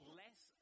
less